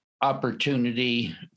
opportunity